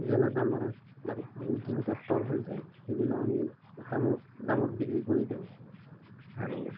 যেনে আমাৰ ইয়াত দুই তিনি ট্ৰেক্টৰ হৈ যায় সেইবিলাক আমি এটা দামত দামত বিক্ৰী কৰি দিওঁ আৰু